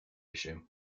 issue